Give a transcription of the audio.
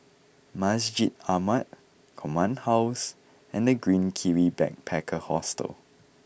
Masjid Ahmad Command House and The Green Kiwi Backpacker Hostel